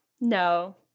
no